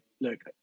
look